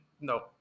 no